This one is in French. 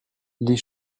les